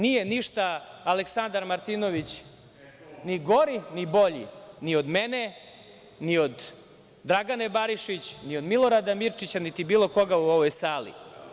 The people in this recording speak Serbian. Nije ništa Aleksandar Martinović ni gori, ni bolji, ni od mene, ni od Dragane Barišić, ni od Milorada Mirčića, niti bilo koga u ovoj sali.